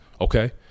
Okay